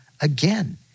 again